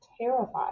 terrified